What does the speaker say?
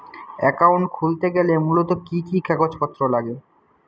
Account খুলতে গেলে মূলত কি কি কাগজপত্র লাগে?